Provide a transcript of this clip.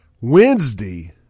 Wednesday